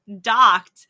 docked